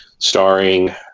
Starring